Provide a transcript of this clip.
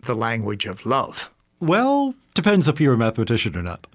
the language of love well, depends if you're a mathematician or not.